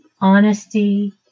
honesty